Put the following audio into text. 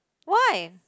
why